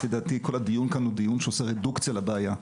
לפי דעתי כל הדיון כאן הוא דיון שעושה רדוקציה לבעיה.